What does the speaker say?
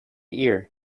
ear